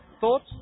thoughts